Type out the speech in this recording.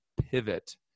pivot